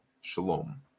Shalom